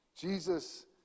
Jesus